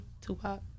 Tupac